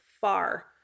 far